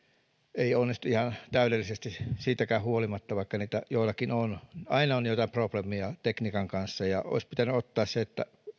ei onnistu ihan täydellisesti siitäkään huolimatta vaikka niitä joillakin on aina on jotain probleemia tekniikan kanssa ja olisi pitänyt odottaa se